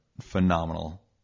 phenomenal